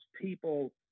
people